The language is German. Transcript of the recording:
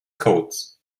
codes